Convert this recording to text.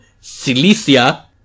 Cilicia